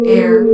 air